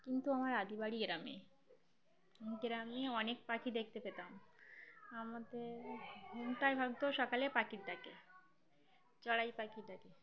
কিন্তু আমার আদিবাড়ি গ্রামে গ্রামে অনেক পাখি দেখতে পেতাম আমাদের ঘুমটাই ভাঙত সকালে পাখিটাকে চড়াই পাখি ডাকে